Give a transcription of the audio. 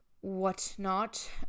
whatnot